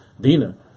Dina